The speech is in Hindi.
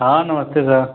हाँ नमस्ते सर